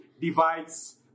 divides